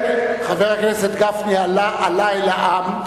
חבר הכנסת גפני עלה אל העם,